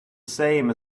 same